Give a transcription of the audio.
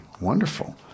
Wonderful